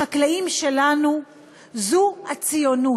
החקלאים שלנו הם הציונות,